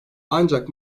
ancak